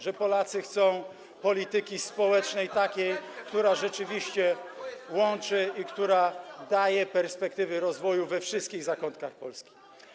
Że Polacy chcą polityki społecznej, takiej, która rzeczywiście łączy i która daje perspektywy rozwoju we wszystkich zakątkach Polski.